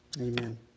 Amen